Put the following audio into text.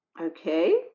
Okay